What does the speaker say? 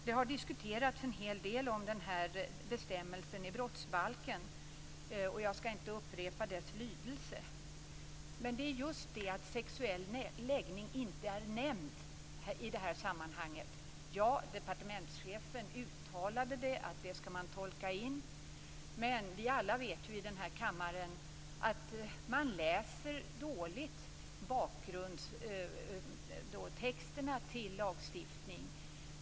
Det har diskuterats en hel del om den här bestämmelsen i brottsbalken, och jag skall inte upprepa dess lydelse. Men detta med sexuell läggning är inte nämnt i det här sammanhanget. Departementschefen uttalade att man skall tolka in detta. Men vi vet ju alla i den här kammaren att man är dålig på att läsa bakgrundstexterna till lagstiftning.